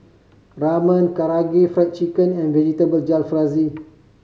Ramen Karaage Fried Chicken and Vegetable Jalfrezi